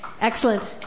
excellent